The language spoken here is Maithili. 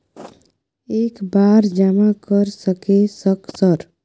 एक बार जमा कर सके सक सर?